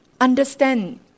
understand